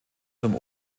zum